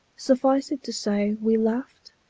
suffice it to say, we laughed,